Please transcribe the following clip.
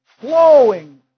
flowing